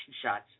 shots